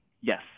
Yes